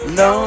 no